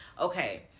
okay